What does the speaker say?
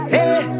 Hey